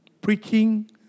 Preaching